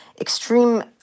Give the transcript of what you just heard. extreme